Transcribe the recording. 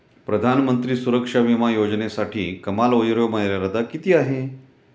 प्रधानमंत्री सुरक्षा विमा योजनेसाठी कमाल वयोमर्यादा किती आहे?